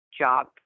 job